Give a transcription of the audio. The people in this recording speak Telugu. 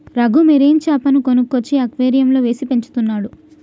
రఘు మెరైన్ చాపను కొనుక్కొచ్చి అక్వేరియంలో వేసి పెంచుతున్నాడు